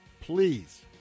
Please